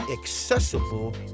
accessible